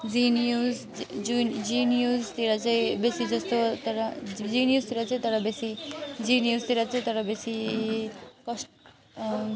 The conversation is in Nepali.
जी न्युज जुन जी न्युजतिर चाहिँ बेसी जस्तो तर जी न्युजतिर चाहिँ तर बेसी जी न्युजतिर चाहिँ तर बेसी कास्ट